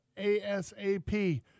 ASAP